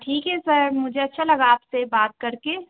ठीक है सर मुझे अच्छा लगा आप से बात करके